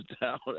down